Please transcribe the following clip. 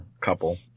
couple